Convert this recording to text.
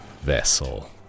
vessel